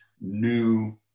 new